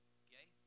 okay